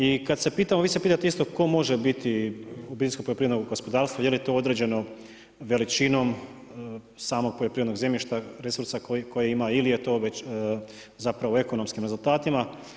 I kad se pitamo, vi ste pitate isto tko može biti obiteljsko poljoprivredno gospodarstvo je li to određeno veličinom samog poljoprivrednog zemljišta, resursa koji ima ili je to već zapravo ekonomskim rezultatima?